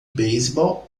beisebol